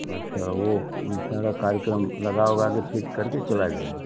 अच्छा वह सारा कार्यक्रम लगा उगा कर फिट करके चला जाएगा